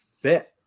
fit